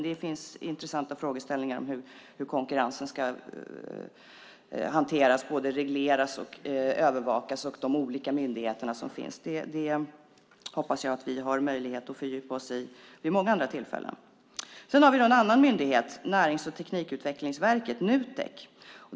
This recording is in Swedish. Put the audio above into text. Det finns intressanta frågeställningar om hur konkurrensen ska hanteras, regleras och övervakas och om de olika myndigheterna. Jag hoppas att vi har möjlighet att fördjupa oss i det vid många andra tillfällen. Vi har en annan myndighet, Närings och teknikutvecklingsverket, Nutek.